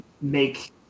make